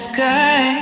Sky